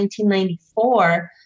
1994